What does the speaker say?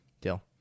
Deal